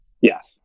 Yes